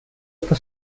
está